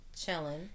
chilling